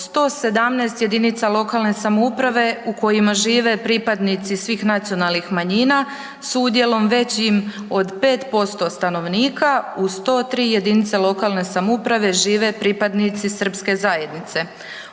117 jedinica lokalne samouprave u kojima žive pripadnici svih nacionalnih manjina s udjelom većim od 5% stanovnika, u 103 jedinica lokalne samouprave žive pripadnici srpske zajednice.